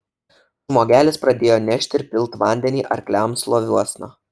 žmogelis pradėjo nešt ir pilt vandenį arkliams loviuosna